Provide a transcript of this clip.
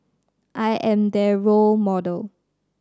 I am their role model